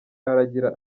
aragira